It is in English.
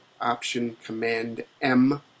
Option-Command-M